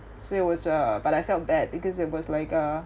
so it was uh but I felt bad because it was like a